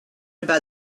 about